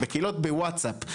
בקהילות בווטסאפ,